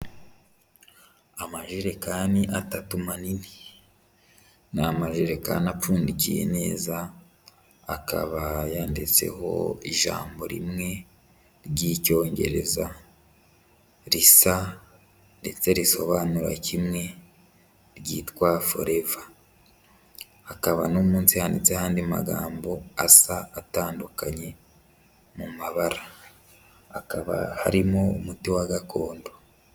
Amajerekani atatu manini. Ni amarerekani apfundikiye neza, akaba yanditseho ijambo rimwe ry'Icyongereza, risa ndetse risobanura kimwe, ryitwa Forever. Hakaba no munsi handitseho andi magambo asa atandukanye mu mabara. Akaba harimo umuti wa gakondo.